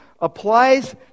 applies